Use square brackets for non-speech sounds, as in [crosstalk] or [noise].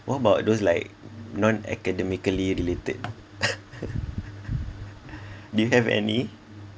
what about those like non academically related [laughs] do you have any